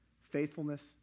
faithfulness